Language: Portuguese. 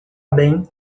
bem